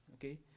okay